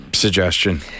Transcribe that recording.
suggestion